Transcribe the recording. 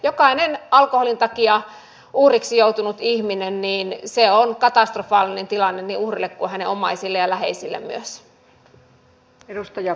jokaisen alkoholin takia uhriksi joutuneen ihmisen kohdalla se tilanne on katastrofaalinen niin uhrille kuin hänen omaisilleen ja läheisille myös